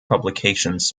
publications